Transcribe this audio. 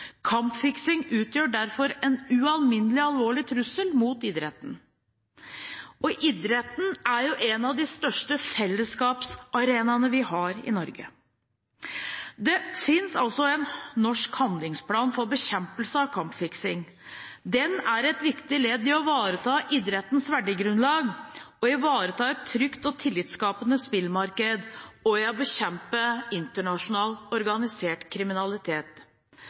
utgjør derfor en ualminnelig alvorlig trussel mot idretten, og idretten er en av de største fellesskapsarenaene vi har i Norge. Det finnes altså en norsk handlingsplan for bekjempelse av kampfiksing. Den er et viktig ledd i å ivareta idrettens verdigrunnlag, ivareta et trygt og tillitskapende spillmarked og bekjempe internasjonal organisert kriminalitet.